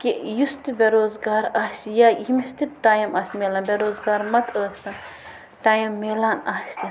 کہِ یُس تہِ بے روزٕگار آسہِ یا ییٚمِس تہِ ٹایِم آسہِ میلان بے روزٕگار مَتہٕ ٲسۍتَن ٹایِم میلان آسہِ